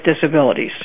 Disabilities